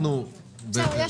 ויש